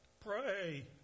Pray